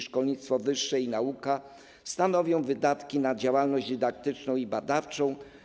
Szkolnictwo wyższe i nauka stanowią wydatki na działalność dydaktyczną i badawczą.